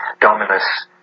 Dominus